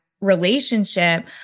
relationship